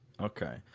Okay